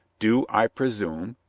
do i presume?